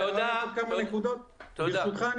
ברשותך,